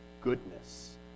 goodness